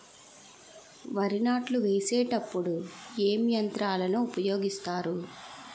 వరి నాట్లు వేసేటప్పుడు ఏ యంత్రాలను ఉపయోగిస్తారు?